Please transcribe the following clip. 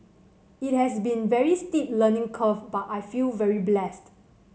it has been very steep learning curve but I feel very blessed